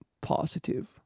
positive